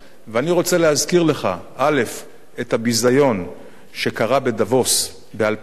אני רוצה להזכיר לך את הביזיון שקרה בדבוס ב-2008,